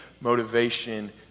motivation